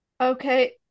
Okay